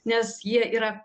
nes jie yra